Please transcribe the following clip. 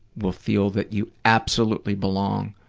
will feel that you absolutely belong.